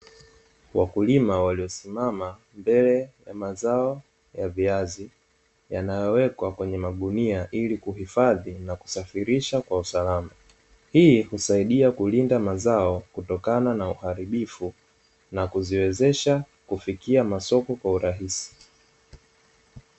Wakulima waliosimana mbele ya mazao ya viazi, yanayowekwa kwenye magunia ili kuhifadhi na kusafirisha kwa usalama. Hii husaidia kulinda mazao kutokana na uharibifu na kuziwezesha kufikia masoko kwa urahisi.